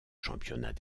championnats